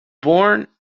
born